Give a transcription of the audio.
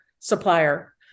supplier